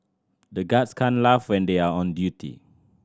the guards can't laugh when they are on duty